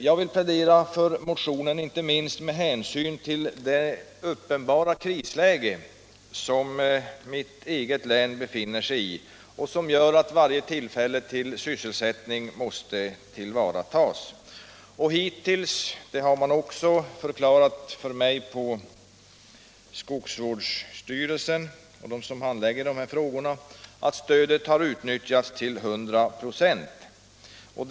Jag vill plädera för motionen inte minst med hänsyn till det uppenbara krisläge som mitt eget län befinner sig i och som gör att varje tillfälle till sysselsättning måste tillvaratas. Enligt de som handlägger dessa frågor på skogsvårdsstyrelsenivå har alltså stödet hittills utnyttjats till 100 96.